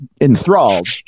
enthralled